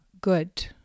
good